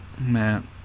Man